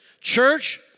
Church